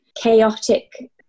chaotic